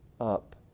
up